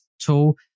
tool